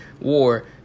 war